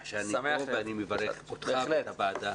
להיות כאן ואני מברך אותך ואת הוועדה.